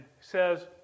says